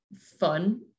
fun